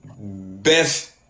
best